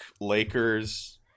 Lakers